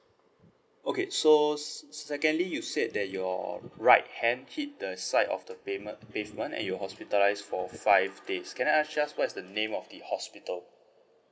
okay so secondly you said that your right hand hit the side of the payment pavement and you're hospitalised for five days can I ask just what is the name of the hospital